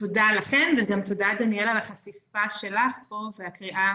תודה לכם וגם תודה דניאל על החשיפה שלך פה והקריאה